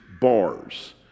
bars